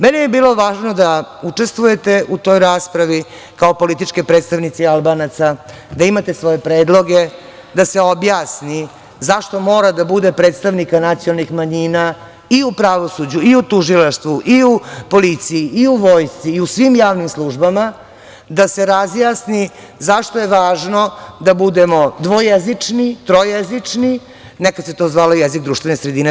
Meni bi bilo važno da učestvujete u toj raspravi kao politički predstavnici Albanaca, da imate svoje predloge, da se objasni zašto mora da bude predstavnika nacionalnih manjina i u pravosuđu i u tužilaštvu i u policiji i u Vojsci i u svim javnim službama, da se razjasni zašto je važno da budemo dvojezični, trojezični, nekada se to zvalo jezik društvene sredine.